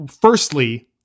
firstly